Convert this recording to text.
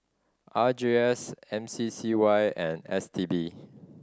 R J S M C C Y and S T B